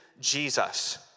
Jesus